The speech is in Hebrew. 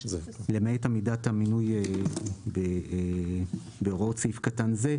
למעט עמידת המינוי בהוראות סעיף קטן זה."